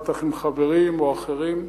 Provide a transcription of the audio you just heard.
בטח עם חברים או אחרים,